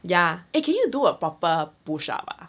ya eh can you do a proper push up ah